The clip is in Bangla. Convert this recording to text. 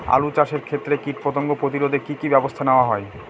আলু চাষের ক্ষত্রে কীটপতঙ্গ প্রতিরোধে কি কী ব্যবস্থা নেওয়া হয়?